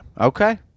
Okay